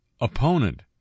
opponent